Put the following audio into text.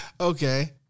Okay